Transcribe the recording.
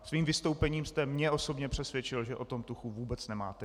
Svým vystoupením jste mě osobně přesvědčil, že o tom tuchu vůbec nemáte.